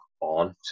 on